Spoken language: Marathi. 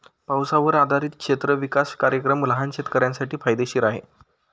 पावसावर आधारित क्षेत्र विकास कार्यक्रम लहान शेतकऱ्यांसाठी फायदेशीर आहे